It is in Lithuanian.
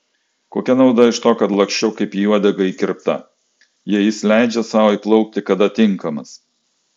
kokia nauda iš to kad laksčiau kaip į uodegą įkirpta jei jis leidžia sau įplaukti kada tinkamas